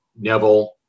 Neville